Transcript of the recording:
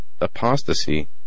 apostasy